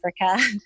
Africa